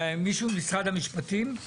מישהו ממשרד המשפטים?